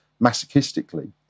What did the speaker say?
masochistically